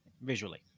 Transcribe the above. visually